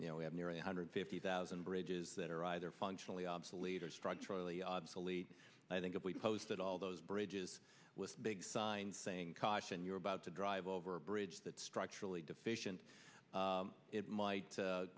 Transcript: you know we have nearly one hundred fifty thousand bridges that are either functionally obsolete or structurally obsolete i think if we posted all those bridges with big signs saying caution you're about to drive over a bridge that structurally deficient it might